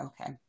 okay